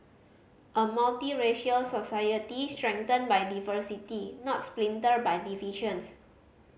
a multiracial society strengthened by diversity not splintered by divisions